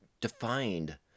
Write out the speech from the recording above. defined